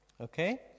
Okay